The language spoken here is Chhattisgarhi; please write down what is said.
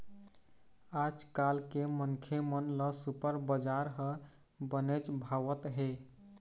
आजकाल के मनखे मन ल सुपर बजार ह बनेच भावत हे